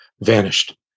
vanished